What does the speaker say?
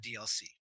DLC